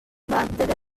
battere